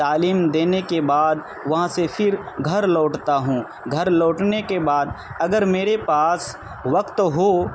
تعلیم دینے کے بعد وہاں سے پھر گھر لوٹتا ہوں گھر لوٹنے کے بعد اگر میرے پاس وقت ہو